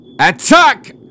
Attack